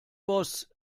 boss